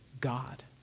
God